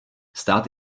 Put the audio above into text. stát